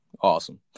awesome